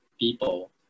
people